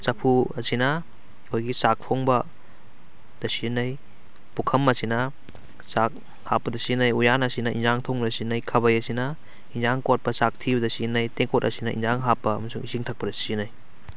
ꯆꯐꯨ ꯑꯁꯤꯅ ꯑꯩꯈꯣꯏꯒꯤ ꯆꯥꯛ ꯊꯣꯡꯕ ꯗ ꯁꯤꯖꯤꯟꯅꯩ ꯄꯨꯈꯝ ꯑꯁꯤꯅ ꯆꯥꯛ ꯍꯥꯞꯄꯗ ꯁꯤꯖꯤꯟꯅꯩ ꯎꯋꯥꯟ ꯑꯁꯤꯅ ꯏꯟꯖꯥꯡ ꯊꯣꯡꯕꯗ ꯁꯤꯖꯤꯟꯅꯩ ꯈꯥꯕꯩ ꯑꯁꯤꯅ ꯏꯟꯖꯥꯡ ꯀꯣꯠꯄ ꯆꯥꯛ ꯊꯤꯕꯗ ꯁꯤꯖꯤꯟꯅꯩ ꯇꯦꯡꯀꯣꯠ ꯑꯁꯤꯅ ꯏꯟꯖꯥꯡ ꯍꯥꯞꯄ ꯑꯃꯁꯨꯡ ꯏꯁꯤꯡ ꯊꯛꯄꯗ ꯁꯤꯖꯤꯟꯅꯩ